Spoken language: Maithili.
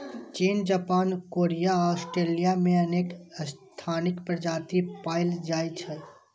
चीन, जापान, कोरिया आ ऑस्ट्रेलिया मे अनेक स्थानीय प्रजाति पाएल जाइ छै